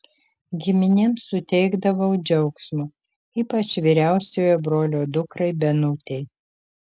giminėm suteikdavau džiaugsmo ypač vyriausiojo brolio dukrai benutei